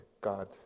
God